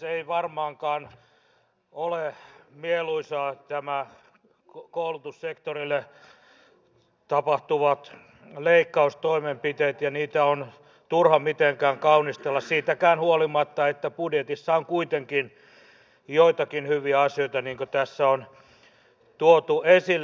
eivät varmaankaan ole mieluisia nämä koulutussektorille tapahtuvat leikkaustoimenpiteet ja niitä on turha mitenkään kaunistella siitäkään huolimatta että budjetissa on kuitenkin joitakin hyviä asioita niin kuin tässä on tuotu esille